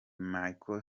macky